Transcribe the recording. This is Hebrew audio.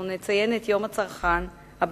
אנחנו נציין את יום הצרכן הבין-לאומי,